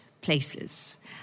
places